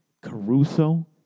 Caruso